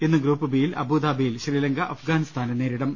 ഇന്ന് ഗ്രൂപ്പ് ബിയിൽ അബുദാബിയിൽ ശ്രീലങ്ക അഫ്ഗാനിസ്ഥാനെ നേരിടും